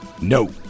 No